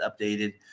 updated